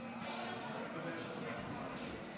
עשר דקות לרשותך.